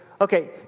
okay